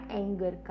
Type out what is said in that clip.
anger